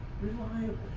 reliable